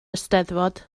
eisteddfod